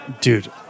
Dude